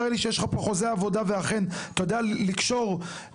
בוא תראה לי שיש לך פה חוזה עבודה ואכן אתה יודע לקשור את